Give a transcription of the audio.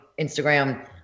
Instagram